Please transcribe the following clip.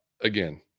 again